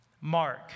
mark